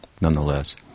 nonetheless